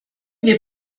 wir